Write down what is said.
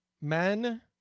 men